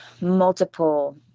multiple